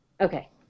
okay